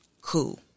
cool